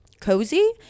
cozy